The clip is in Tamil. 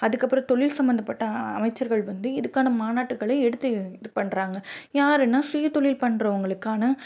அதுக்கப்புறம் தொழில் சம்மந்தப்பட்ட அமைச்சர்கள் வந்து இதுக்கான மாநாட்டுகளை எடுத்து இது பண்ணுறாங்க யாருன்னால் சுயதொழில் பண்ணுறவங்களுக்கான